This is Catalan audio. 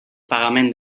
pagament